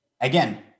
Again